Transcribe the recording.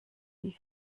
wie